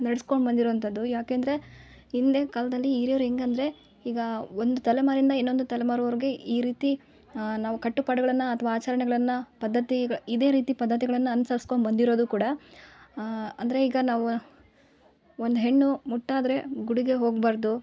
ನಡ್ಸ್ಕೊಂಡು ಬಂದಿರುವಂಥದ್ದು ಯಾಕೆಂದರೆ ಹಿಂದೆ ಕಾಲದಲ್ಲಿ ಹಿರಿಯವ್ರು ಹೆಂಗಂದರೆ ಈಗ ಒಂದು ತಲೆಮಾರಿನಿಂದ ಇನ್ನೊಂದು ತಲೆಮಾರ್ವರೆಗೆ ಈ ರೀತಿ ನಾವು ಕಟ್ಟು ಪಾಡುಗಳನ್ನ ಅಥ್ವ ಆಚರಣೆಗಳನ್ನ ಪದ್ಧತಿಗೆ ಇದೇ ರೀತಿ ಪದ್ಧತಿಗಳನ್ನ ಅನುಸರಿಸ್ಕೊಂಡು ಬಂದಿರೋದು ಕೂಡ ಅಂದರೆ ಈಗ ನಾವು ಒಂದು ಹೆಣ್ಣು ಮುಟ್ಟಾದರೆ ಗುಡಿಗೆ ಹೋಗ್ಬಾರದು